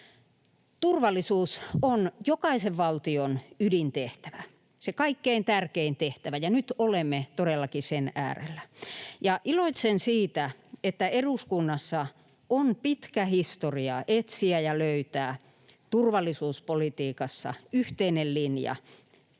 Turvallisuus on jokaisen valtion ydintehtävä, se kaikkein tärkein tehtävä, ja nyt olemme todellakin sen äärellä. Iloitsen siitä, että eduskunnassa on pitkä historia etsiä ja löytää turvallisuuspolitiikassa yhteinen linja